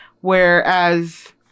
Whereas